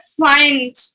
find